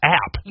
app